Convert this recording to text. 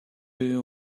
you